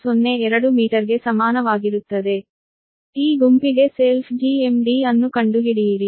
ಆದ್ದರಿಂದ ಈ ಗುಂಪಿಗೆ self GMD ಅನ್ನು ಕಂಡುಹಿಡಿಯಿರಿ